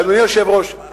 אדוני היושב-ראש,